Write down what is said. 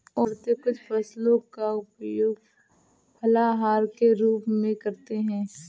औरतें कुछ फसलों का उपयोग फलाहार के रूप में करते हैं